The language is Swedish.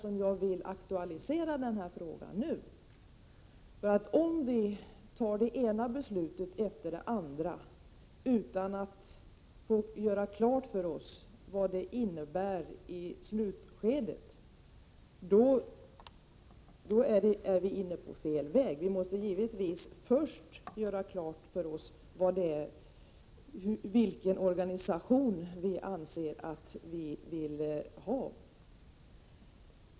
Om vi fattar det ena beslutet efter det andra utan att göra klart för oss vad de innebär i slutskedet, då är vi inne på fel väg. Vi måste givetvis först göra klart för oss vilken organisation vi vill ha.